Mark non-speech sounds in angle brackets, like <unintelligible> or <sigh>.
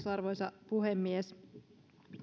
<unintelligible> arvoisa puhemies